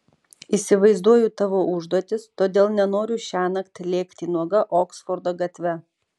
įsivaizduoju tavo užduotis todėl nenoriu šiąnakt lėkti nuoga oksfordo gatve